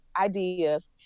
ideas